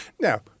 Now